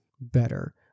better